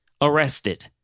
arrested